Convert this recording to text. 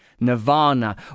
nirvana